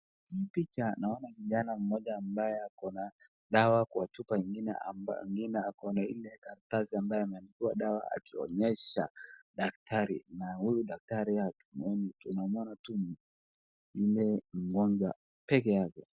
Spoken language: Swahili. Hii picha naona kijana mmoja ambaye ako na dawa kwa chupa ingine, ako na ile karatasi ambayo ameandikiwa dawa akionyesha daktari na huyu daktari hatumuoni tunamuona tu yule mgonjwa pekee yake.